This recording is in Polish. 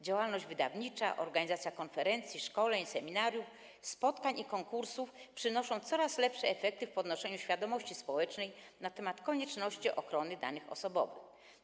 Działalność wydawnicza i organizacja konferencji, szkoleń, seminariów, spotkań i konkursów przynoszą coraz lepsze efekty w postaci podnoszenia świadomości społecznej na temat konieczności ochrony danych osobowych.